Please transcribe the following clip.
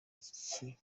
iki